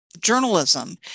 journalism